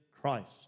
Christ